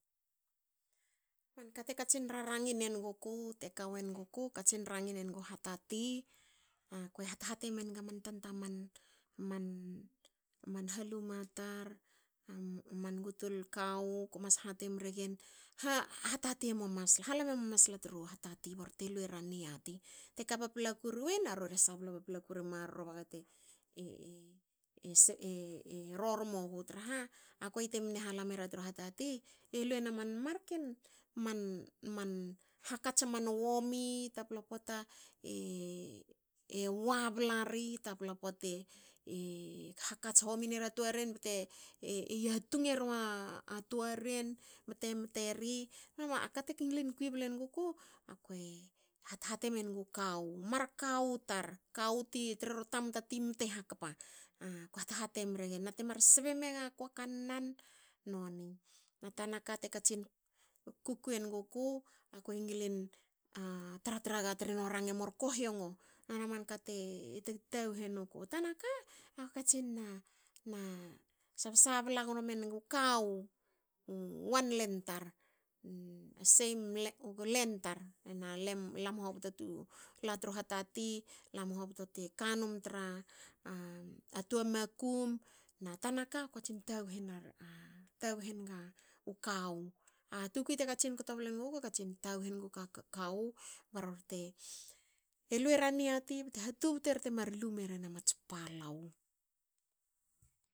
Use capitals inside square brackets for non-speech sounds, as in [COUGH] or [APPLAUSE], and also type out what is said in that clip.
Manka te katsin ra rangin enuguku te ka wenguku. katsin rangin engu hatati. Akue hat- hati menga man tanta aman man haluma tar man gutul kawu. ko mas hati mregen hatati emua masla. lala mema masla tru hatati barte lu era niati. Te ka paplaku ruin a rore sabla paplaku rui marro baga te [HESITATION] rormo gu traha a kuei te mne hala mera tru hatati. e luena [HESITATION] marken man- man hakats aman womi. Taplan pota e wa blari. tapla pota e [HESITATION] hakats homi nera toaren bte yatung erua toaren bte mte ri. Aka te ngilin kui ble nuguku. akue hat- hate mengu kawu mar kawu tar. kawu ti trero tamta ti mte hakpa. Ko hat- hati mregen nate sbe magaku a kannan noni. Na tanaka te katsin kukui enuguku. akue ngilin a tra- tra ga tre no ranga e murkohiongo. noni aman ka te tag taguhu enuku. Tana ka [HESITATION] katsin na na sab- sabla gno mengu kawu wan len tar seim length tar hena lam hobto tu lala tru hatati. lam hobto te kanum tra [HESITATION] toa makum. na tanaka ko katsin taguhu enga [HESITATION] kawu. a tukui te katsin kto ble nuguku katsin taguhu enga [HESITATION] ba rorte luera niati bte ha tubtu eri te mar lu meren a mats palou.